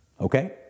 okay